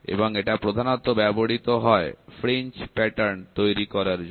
এবং এটা প্রধানত ব্যবহৃত হয় ফ্রিঞ্জ প্যাটার্ন তৈরি করার জন্য